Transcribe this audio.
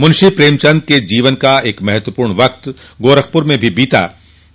मुंशी प्रेमचन्द के जीवन का एक महत्वपूर्ण वक्त गोरखपुर में भी बीता था